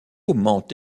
ment